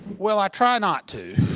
well i try not to.